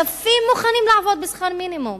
אלפים מוכנים לעבוד בשכר מינימום.